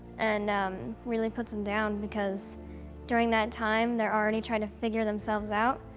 and um really puts them down, because during that time they're already trying to figure themselves out.